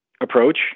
approach